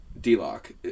d-lock